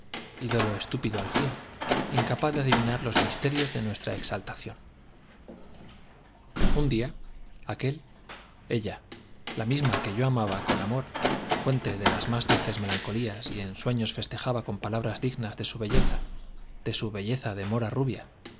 ídol estúpido al fin incapaz de adivinar ios misterios de nuestra exaltación un día aquel ella la misma que yo amaba con amor fuente de las más dulces melancolías y de ensueños festejaba con palabras dignas de su belleza de su belleza de mora rubia